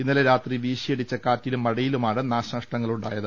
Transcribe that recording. ഇന്നലെ രാത്രി വീശിയടിച്ച കാറ്റിലും മഴയിലുമാണ് നാശനഷ്ട ങ്ങളുണ്ടായത്